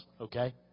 okay